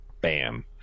Bam